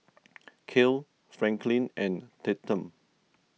Kale Franklin and Tatum